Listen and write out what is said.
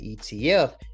etf